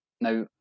Now